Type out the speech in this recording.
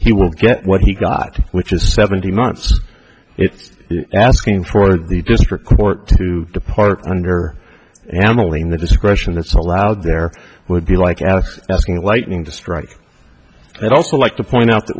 he will get what he got which is seventeen months it's asking toward the district court to depart under amalie in the discretion that's allowed there would be like asking lightning to strike and also like to point out that